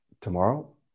Tomorrow